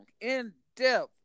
in-depth